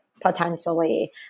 potentially